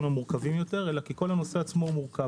למורכבים יותר אלא כי כל הנושא עצמו מורכב.